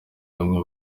bamwe